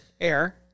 Air